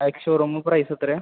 ആ showroom price എത്ര